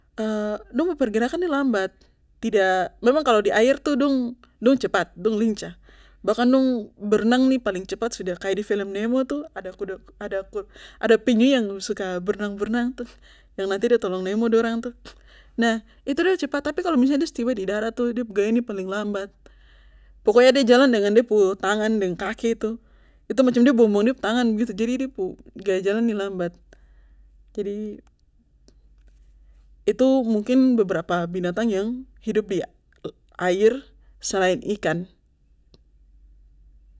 dong pu pergerakan nih lambat tidak memang kalo di air dong dong cepat dong lincah bahkan dong berenang nih paling cepat sudah kaya di film nemo ada kuda ada ku ada penyu yang suka berenang berenang tuh yang nanti de tolong nemo dong tuh itu de cepat tapi kalo misalnya de su tiba di darat de pu gaya nih paling lambat pokoknya ade jalan dengan de tangan dan kaki tuh macam de buang buang de pu tangan begitu gaya jalan nih lambat jadi itu mungkin berapa binatang yang hidup di air selain ikan